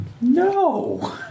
No